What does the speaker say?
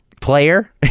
Player